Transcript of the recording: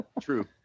true